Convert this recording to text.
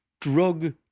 drug